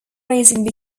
racing